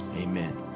amen